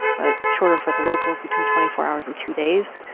but shorter for the locals, between twenty four hours and two days,